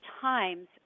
times